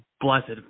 blessed